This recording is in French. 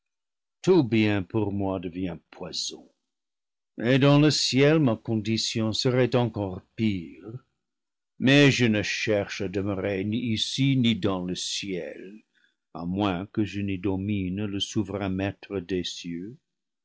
tout bien pour moi devient poison et dans le ciel ma condition serait encore pire mais je ne cherche à demeurer ni ici ni dans le ciel à moins que je n'y domine le souverain maître des cieux